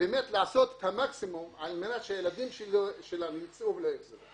באמת לעשות את המקסימום על מנת שהילדים שלנו יצאו ויחזרו.